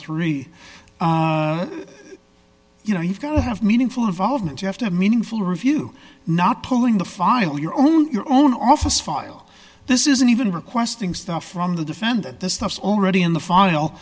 three you know you've got to have meaningful involvement you have to have meaningful review not pulling the file your own your own office file this isn't even requesting stuff from the defendant this stuff is already in the file